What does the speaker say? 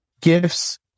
gifts